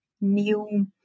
new